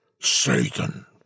Satan